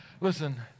listen